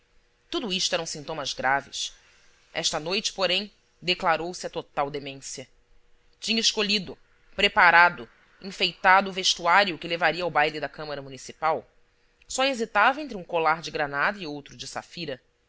tudo isto eram sintomas graves esta noite porém declarou se a total demência tinha escolhido preparado enfeitado o vestuário que levaria ao baile da câmara municipal só hesitava entre um colar de granada e outro de safira